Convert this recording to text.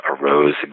arose